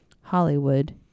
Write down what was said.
Hollywood